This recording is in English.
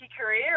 career